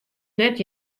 net